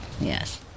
Yes